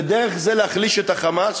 ודרך זה להחליש את ה"חמאס",